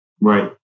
Right